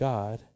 God